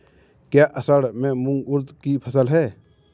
क्या असड़ में मूंग उर्द कि फसल है?